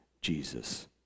Jesus